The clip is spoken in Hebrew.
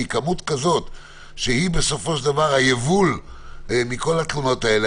כי כמות כזאת שהיא בסופו של דבר היבול מכל התלונות האלה,